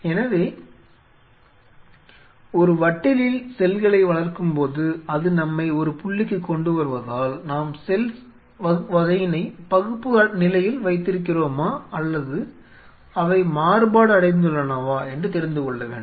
எனவே ஒரு வட்டிலில் செல்களை வளர்க்கும் போது அது நம்மை ஒரு புள்ளிக்குக் கொண்டு வருவதால் நாம் செல் வகையினை பகுப்பு நிலையில் வைத்திருக்கிறோமா அல்லது அவை மாறுபாடு அடைந்துள்ளனவா என்று தெரிந்துகொள்ள வேண்டும்